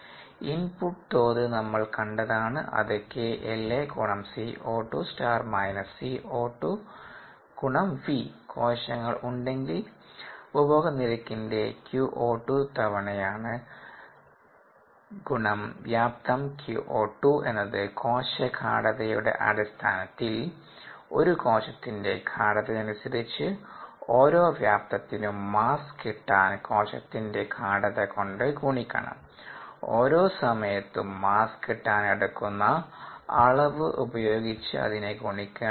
input തോത് നമ്മൾ കണ്ടതാണ് അത് 𝐾𝐿a𝐶𝑂2 ∗− 𝐶𝑂2 𝑉കോശങ്ങൾ ഉണ്ടെങ്കിൽ ഉപഭോഗനിരക്കിന്റെ qO2 തവണയാണ് ഗുണം വ്യാപ്തം qO2 എന്നത് കോശ ഗാഢതയുടെ അടിസ്ഥാനത്തിൽ ഒരു കോശത്തിന്റെ ഗാഢതയനുസരിച്ച് ഓരോ വ്യാപ്തത്തിനും മാസ്സ് കിട്ടാൻ കോശത്തിന്റെ ഗാഢത കൊണ്ട് ഗുണിക്കണം ഓരോ സമയത്തും മാസ്സ് കിട്ടാൻ എടുക്കുന്ന അളവ് ഉപയോഗിച്ച് അതിനെ ഗുണിക്കേണ്ടതുണ്ട്